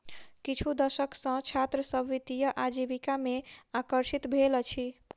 किछु दशक सॅ छात्र सभ वित्तीय आजीविका में आकर्षित भेल अछि